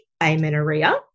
amenorrhea